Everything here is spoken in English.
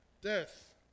Death